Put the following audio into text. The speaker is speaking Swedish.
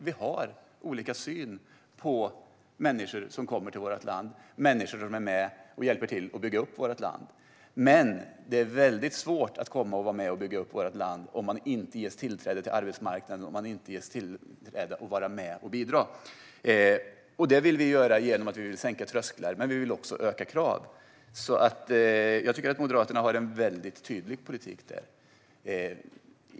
Vi har olika syn på människor som kommer till vårt land och är med och hjälper till att bygga upp vårt land. Det är dock väldigt svårt att komma hit och vara med och bygga upp vårt land om man inte ges tillträde till arbetsmarknaden och inte ges möjlighet att vara med och bidra. Detta vill vi lösa genom att sänka trösklarna, men vi vill också höja kraven. Jag tycker att Moderaterna har en väldigt tydlig politik där.